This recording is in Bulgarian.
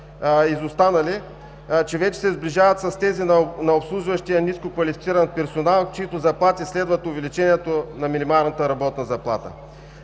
изостанали, че вече се сближават с тези на обслужващия нискоквалифициран персонал, чиито заплати следват увеличението на минималната работна заплата.